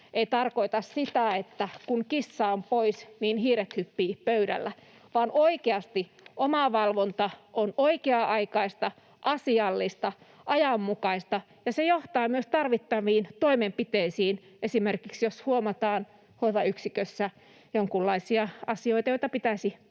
ei tarkoita sitä, että kun kissa on poissa, niin hiiret hyppivät pöydällä, vaan oikeasti omavalvonta on oikea-aikaista, asiallista ja ajanmukaista ja se johtaa myös tarvittaviin toimenpiteisiin, esimerkiksi jos huomataan hoivayksikössä jonkunlaisia asioita, joita pitäisi